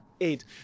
eight